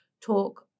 talk